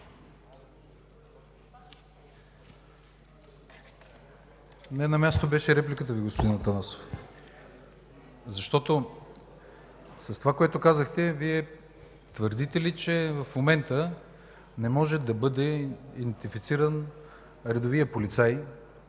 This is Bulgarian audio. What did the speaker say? Не на място беше репликата Ви, господин Атанасов. С това, което казахте, Вие твърдите ли, че в момента не може да бъде идентифициран редовият полицай,